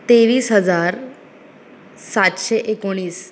तेवीस हजार सातशे एकुणीस